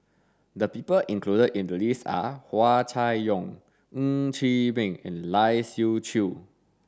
the people included in the list are Hua Chai Yong Ng Chee Meng and Lai Siu Chiu